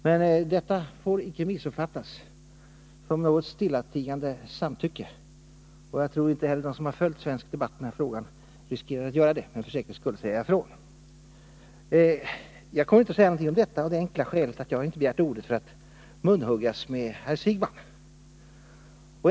Men detta får icke missuppfattas som något stillatigande samtycke. Jag tror inte heller att de som har följt svensk debatt i denna fråga riskerar att göra det, men för säkerhets skull säger jag ifrån. Jag kommer inte att säga någonting om detta av det enkla skälet att jag inte har begärt ordet för att munhuggas med herr Siegbahn.